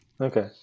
Okay